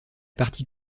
partie